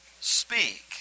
speak